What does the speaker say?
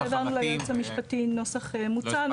אנחנו העברנו ליועץ המפשטי נוסח מוצע,